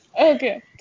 Okay